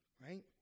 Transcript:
right